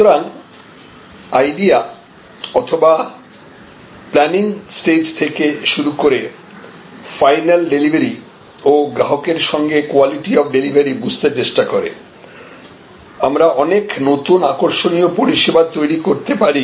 সুতরাং আইডিয়া অথবা planning stage থেকে শুরু করে ফাইনাল ডেলিভারি ও গ্রাহকের সঙ্গে কোয়ালিটি অফ ডেলিভারি বুঝতে চেষ্টা করে আমরা অনেক নতুন আকর্ষণীয় পরিষেবা তৈরি করতে পারি